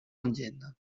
indienne